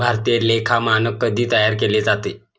भारतीय लेखा मानक कधी तयार केले जाते?